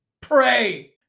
pray